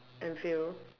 and field